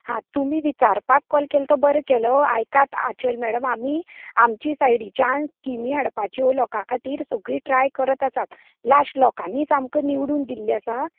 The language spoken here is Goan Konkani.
हां तुमी विचारपाक काॅल केलो तो बरो केलो आयकात आमचे मॅडम आमी आमची सायडीच्यान स्किमी हाडपाच्यो लोकां खातीर सगल्यो ट्राय आमी करत आसात लास्ट लोकांनीच आमकां निवडून दिल्लें आसा